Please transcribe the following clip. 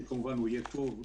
שיהיה טוב,